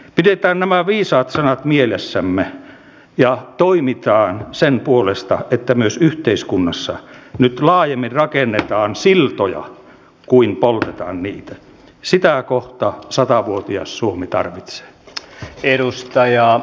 pidetään nämä viisaat sanat mielessämme on varmasti tilanne se että myös yhteiskunnassa nyt laajemmin rakennetaan siltoja kuin poltetaan monet saattavat tarttua viimeisenä keinona myös aseisiin sukupuoleen katsomatta